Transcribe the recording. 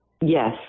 Yes